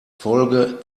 folge